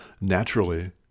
naturally